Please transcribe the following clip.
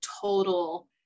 total